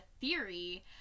theory